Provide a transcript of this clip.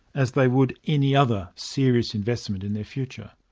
as they would any other serious investment in their future.